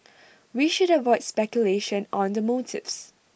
we should avoid speculation on the motives